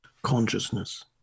consciousness